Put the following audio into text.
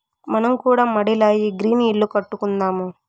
మనం కూడా మడిల ఈ గ్రీన్ ఇల్లు కట్టుకుందాము